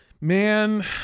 Man